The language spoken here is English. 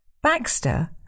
Baxter